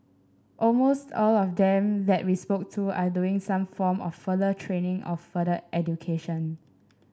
almost all of them that we spoke to are doing some form of further training or further education